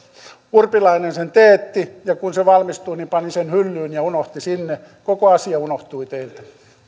urpilainen sen teetti ja kun se valmistui niin pani sen hyllyyn ja unohti sinne koko asia unohtui teiltä